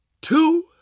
two